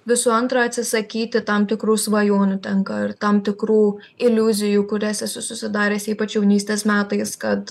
visų antra atsisakyti tam tikrų svajonių tenka ir tam tikrų iliuzijų kurias esu susidaręs ypač jaunystės metais kad